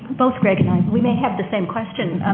both greg and i, we may have the same question.